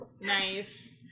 nice